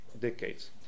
decades